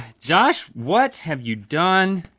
josh, what have you done